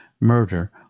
murder